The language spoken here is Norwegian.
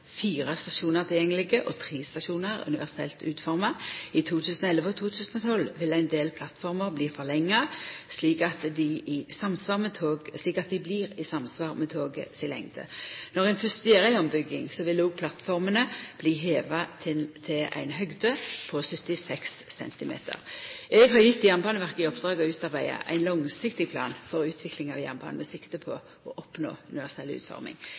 fire stasjonar tilgjengelege og tre stasjonar universelt utforma. I 2011 og 2012 vil ein del plattformer bli forlengde, slik at dei blir i samsvar med lengda på toget. Når ein fyrst gjer ei ombygging, vil òg plattformene bli heva til ei høgd på 76 cm. Eg har gjeve Jernbaneverket i oppdrag å utarbeida ein langsiktig plan for utvikling av jernbanen med sikte på å oppnå universell utforming.